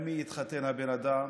עם מי יתחתן הבן אדם.